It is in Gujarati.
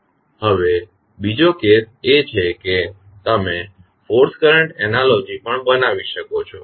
હવે બીજો કેસ એ છે કે તમે ફોર્સ કરંટ એનાલોજી પણ બનાવી શકો છો